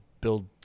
build